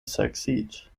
succeed